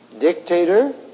dictator